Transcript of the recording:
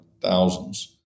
thousands